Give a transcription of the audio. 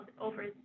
over